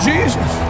Jesus